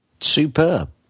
Superb